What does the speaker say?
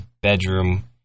bedroom